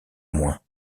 moins